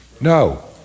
No